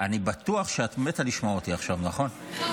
אני בטוח שאת מתה לשמוע אותי עכשיו, נכון?